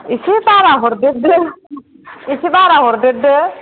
एसे बारा हरदेरदो एसे बारा हरदेरदो